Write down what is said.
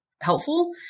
helpful